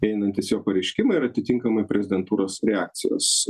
einantys jo pareiškimai ir atitinkamai prezidentūros reakcijos